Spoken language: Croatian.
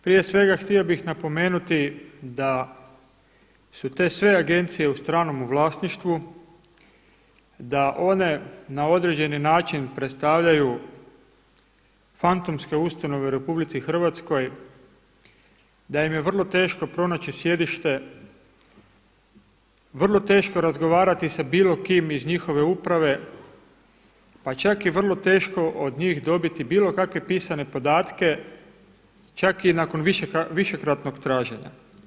Prije svega htio bih napomenuti da su sve te agencije u stranom vlasništvu, da one na određeni način predstavljaju fantomske ustanove u Republici Hrvatskoj, da im je vrlo teško pronaći sjedište, vrlo teško razgovarati sa bilo kim iz njihove uprave, pa čak i vrlo teško od njih dobiti bilo kakve pisane podatke čak i nakon višekratnog traženja.